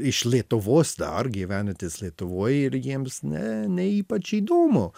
iš lietuvos dar gyvenantis lietuvoj ir jiems ne ne ypač įdomu